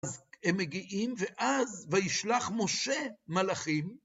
אז הם מגיעים, ואז, וישלח משה מלאכים,